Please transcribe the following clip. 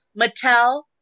Mattel